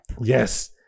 Yes